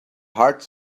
hearts